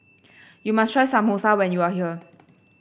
you must try Samosa when you are here